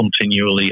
continually